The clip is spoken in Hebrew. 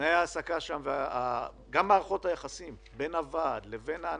תנאי ההעסקה שם גם מערכות היחסים בין הוועד לבין ההנהלה,